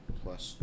plus